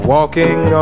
Walking